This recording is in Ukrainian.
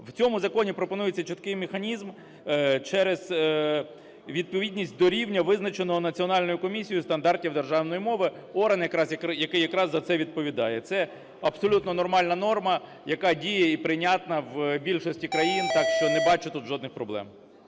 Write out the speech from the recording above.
В цьому законі пропонується чіткий механізм через відповідність до рівня, визначеного Національною комісією стандартів державної мови – орган, який якраз за це відповідає. Це абсолютно нормальна норма, яка діє і прийнятна в більшості країн, так що не бачу тут жодних проблем.